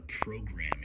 programming